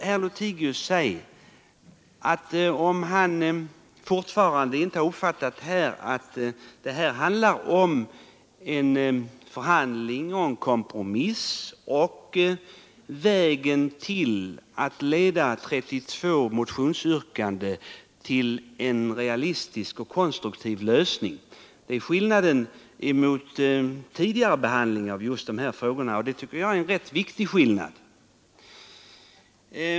Herr Lothigius har tydligen inte uppfattat att det här gäller en förhandling, en kompromiss, ett sätt att leda 32 motionsyrkanden till en realistisk och konstruktiv lösning och att det är en skillnad mot tidigare behandling av dessa frågor. Jag tycker det är en viktig skillnad.